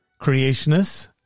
Creationists